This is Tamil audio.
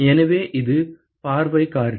எனவே இது பார்வை காரணி